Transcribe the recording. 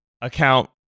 account